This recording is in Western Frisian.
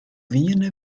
wiene